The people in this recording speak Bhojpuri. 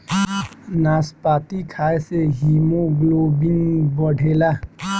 नाशपाती खाए से हिमोग्लोबिन बढ़ेला